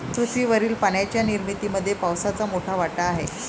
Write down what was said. पृथ्वीवरील पाण्याच्या निर्मितीमध्ये पावसाचा मोठा वाटा आहे